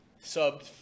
Sub